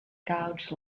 gauge